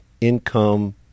income